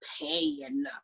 pain